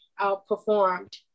outperformed